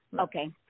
Okay